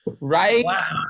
Right